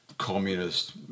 Communist